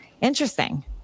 Interesting